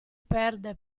perde